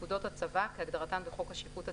"פקודות הצבא" כהגדרתן בחוק השיפוט הצבאי,